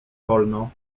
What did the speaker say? wolno